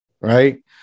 right